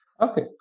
Okay